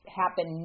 happen